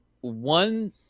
one